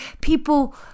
people